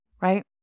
right